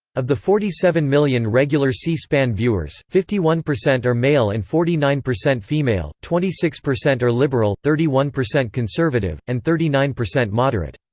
of the forty seven million regular c-span viewers, fifty one percent are male and forty nine percent female twenty six percent are liberal, thirty one percent conservative, and thirty nine percent moderate.